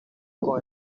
con